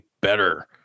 better